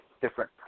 different